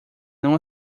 não